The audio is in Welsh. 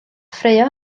ffraeo